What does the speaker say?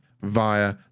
via